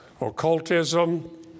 occultism